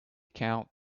count